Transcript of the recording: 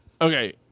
Okay